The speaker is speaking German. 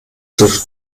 zur